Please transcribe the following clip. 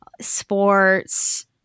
sports